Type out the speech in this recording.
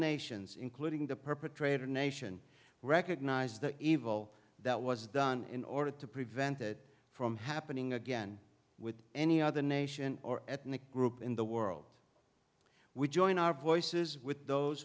nations including the perpetrator nation recognize the evil that was done in order to prevent it from happening again with any other nation or ethnic group in the world we join our voices with those